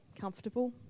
comfortable